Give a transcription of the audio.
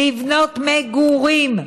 לבנות מ-גו-רים.